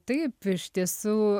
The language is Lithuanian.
taip iš tiesų